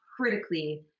critically